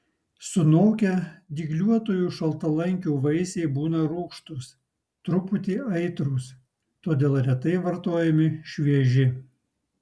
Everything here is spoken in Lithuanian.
sunokę dygliuotųjų šaltalankių vaisiai būna rūgštūs truputį aitrūs todėl retai vartojami švieži